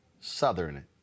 Southern